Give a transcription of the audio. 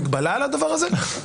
מגבלה על הדבר הזה,